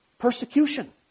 Persecution